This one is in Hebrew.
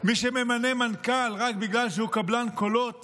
מי שממנה מנכ"ל רק בגלל שהוא קבלן קולות